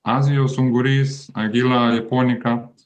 azijos ungurysanguilla japonica